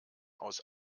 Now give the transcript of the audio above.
aus